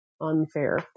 unfair